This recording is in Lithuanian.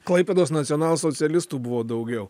klaipėdos nacionalsocialistų buvo daugiau